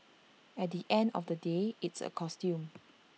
at the end of the day it's A costume